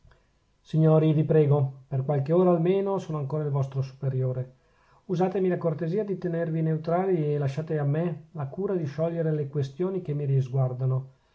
signori vi prego per qualche ora almeno sono ancora il vostro superiore usatemi la cortesia di tenervi neutrali e lasciate a me la cura di sciogliere le questioni che mi risguardano